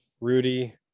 rudy